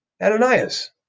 Ananias